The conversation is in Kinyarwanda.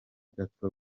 gato